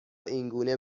اینگونه